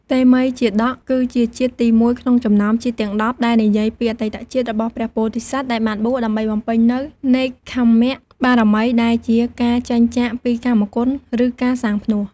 តេមិយជាតក គឺជាជាតិទីមួយក្នុងចំណោមជាតិទាំង ១០ ដែលនិយាយពីអតីតជាតិរបស់ព្រះពោធិសត្វដែលបានបួស ដើម្បីបំពេញនូវ នេក្ខម្មបារមី ដែលជា ការចេញចាកពីកាមគុណ ឬការសាងផ្នួស។